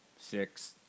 six